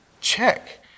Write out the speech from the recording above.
Check